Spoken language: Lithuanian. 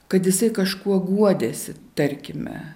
kad jisai kažkuo guodėsi tarkime